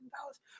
dollars